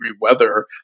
weather